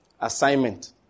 assignment